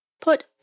Put